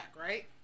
right